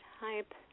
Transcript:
type